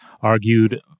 argued